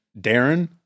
Darren